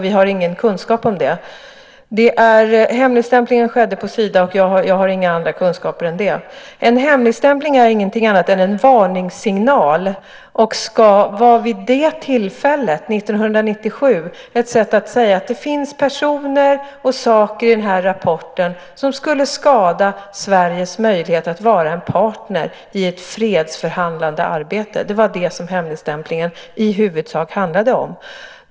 Vi har ingen kunskap om det. Hemligstämplingen skedde på Sida, och jag har inga andra kunskaper än det. En hemligstämpling är ingenting annat än en varningssignal och var vid det tillfället, 1997, ett sätt att säga att det finns personer och saker i den här rapporten som skulle skada Sveriges möjlighet att vara en partner i ett fredsförhandlande arbete. Det var det som hemligstämplingen i huvudsak handlade om.